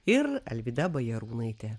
ir alvyda bajarūnaitė